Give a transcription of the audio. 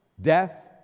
death